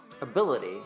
ability